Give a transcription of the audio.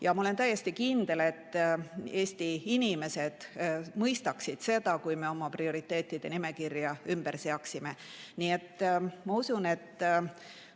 Ma olen täiesti kindel, et Eesti inimesed mõistaksid seda, kui me oma prioriteetide nimekirja ümber seaksime. Nii et ma usun, et